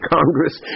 Congress